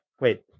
Wait